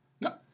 No